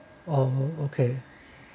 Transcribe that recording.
oh okay